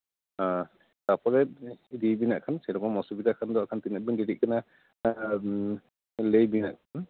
ᱛᱟᱯᱚᱨᱮ ᱤᱫᱤᱭᱮᱵᱮᱱ ᱱᱟᱜ ᱠᱷᱟᱱ ᱥᱮᱨᱚᱠᱚᱢ ᱚᱥᱩᱵᱤᱫᱟ ᱠᱷᱟᱱ ᱫᱚ ᱦᱸᱟᱜ ᱠᱷᱟᱱ ᱛᱤᱱᱟᱹᱜ ᱵᱮᱱ ᱫᱮᱨᱤᱜ ᱠᱟᱱᱟ ᱞᱟᱹᱭᱵᱤᱱ ᱱᱟᱜ ᱠᱷᱟᱱ